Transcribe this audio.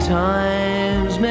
times